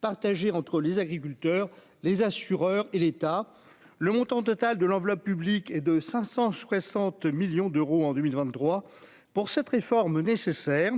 partagés entre les agriculteurs, les assureurs, et l'État, le montant total de l'enveloppe, publique, et de 560 millions d'euros en 2023 pour cette réforme nécessaire,